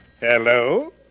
Hello